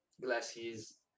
glasses